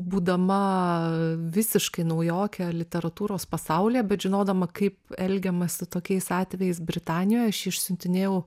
būdama visiškai naujokė literatūros pasaulyje bet žinodama kaip elgiamasi tokiais atvejais britanijoj aš išsiuntinėjau